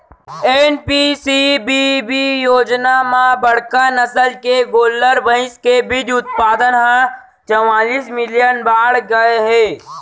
NPCBB योजना म बड़का नसल के गोल्लर, भईंस के बीज उत्पाउन ह चवालिस मिलियन बाड़गे गए हे